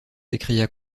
s’écria